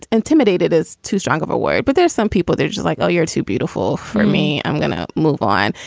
intimidated is too strong of a word. but there's some people they're just like, oh, you're too beautiful for me. i'm going to move on.